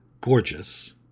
gorgeous